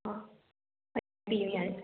ꯑ ꯍꯥꯏꯕꯤꯌꯨ ꯌꯥꯅꯤ